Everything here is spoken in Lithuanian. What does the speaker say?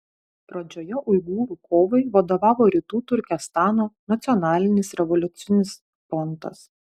pradžioje uigūrų kovai vadovavo rytų turkestano nacionalinis revoliucinis frontas